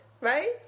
Right